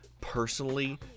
personally